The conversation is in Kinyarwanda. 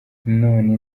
none